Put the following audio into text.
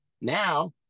Now